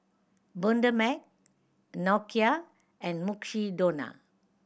Bundaberg Nokia and Mukshidonna